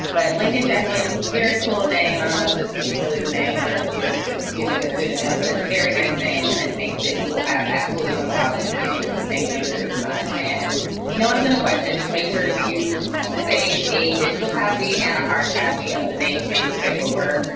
but lincoln ject williams is a very cool name. i don't know if this is really the name or if you're just using a pseudonym, but it's a very nice name. and i think that you will have absolutely no problem getting this name change for your son. and no, it isn't a question. it just make sure you save a digital copy and a hard copy of the name change paperwork.